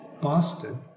boston